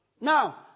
Now